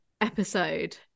episode